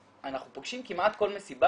אנחנו פוגשים כמעט כל מסיבה,